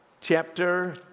chapter